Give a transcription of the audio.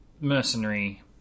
mercenary